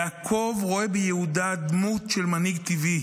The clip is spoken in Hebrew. יעקב רואה ביהודה דמות של מנהיג טבעי